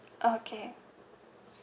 okay